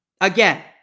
Again